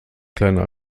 kleiner